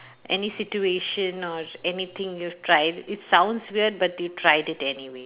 any situation or anything you tried it sounds weird but you tried it anyway